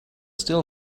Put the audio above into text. still